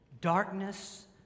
darkness